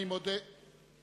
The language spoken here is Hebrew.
תודה רבה.